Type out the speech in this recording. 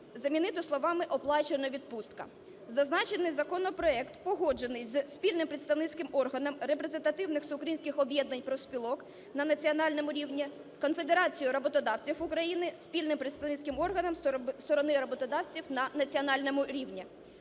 замінити словами "оплачена відпустка". Зазначений законопроект погоджений зі Спільним представницьким органом репрезентативних всеукраїнських об'єднань профспілок на національному рівні, Конфедерацією роботодавців України, Спільним представницьким органом зі сторони роботодавців на національному рівні.